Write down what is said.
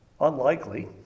unlikely